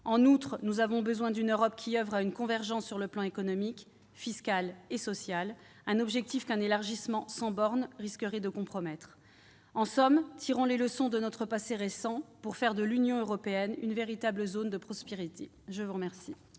En outre, nous avons besoin d'une Europe qui oeuvre à une convergence sur le plan économique, fiscal et social, objectif qu'un élargissement sans bornes risquerait de compromettre. En somme, tirons les leçons de notre passé récent pour faire de l'Union européenne une véritable zone de prospérité. La parole